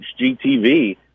HGTV